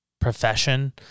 profession